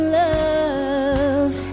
love